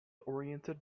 oriented